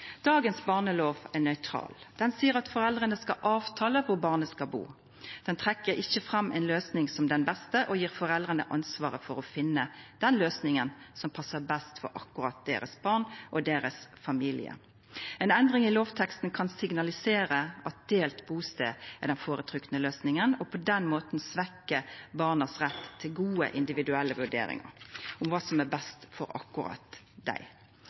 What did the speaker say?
Dagens barnelov er nøytral. Den sier at foreldrene skal avtale hvor barnet skal bo. Den trekker ikke frem én løsning som den beste, og gir foreldrene ansvaret for å finne den løsningen som passer best for akkurat deres barn og deres familie. En endring i lovteksten kan signalisere at delt bosted er den foretrukne løsningen, og på den måten svekke barns rett til gode, individuelle vurderinger om hva som er best for akkurat